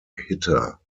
hitter